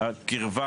והקרבה